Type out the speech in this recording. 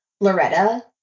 Loretta